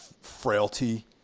frailty